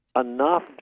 enough